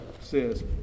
says